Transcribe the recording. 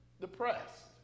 depressed